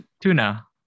tuna